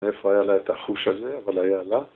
‫איפה היה לה את החוש הזה, ‫אבל היה לה.